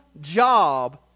job